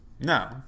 no